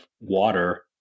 water